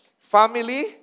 Family